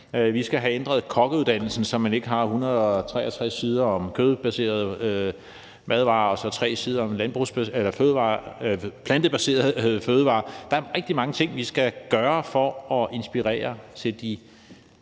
Vi skal have ændret kokkeuddannelsen, så man ikke har 163 sider om kødbaserede madvarer og så 3 sider om plantebaserede fødevarer. Der er rigtig mange ting, vi skal gøre for at inspirere til de